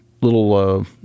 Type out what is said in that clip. little, –